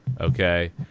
Okay